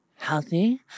healthy